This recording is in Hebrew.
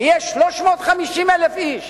יהיה 350,000 איש